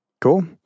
Cool